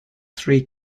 three